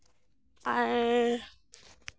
ᱟᱨ